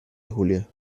julia